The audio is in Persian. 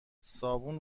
صابون